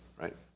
right